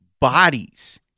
bodies